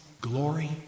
glory